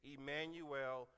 Emmanuel